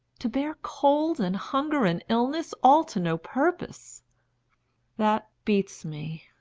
to bear cold and hunger and illness all to no purpose that beats me.